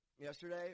yesterday